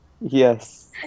Yes